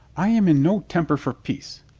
i am in no temper for peace,